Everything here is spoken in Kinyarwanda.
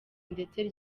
ndetse